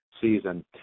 season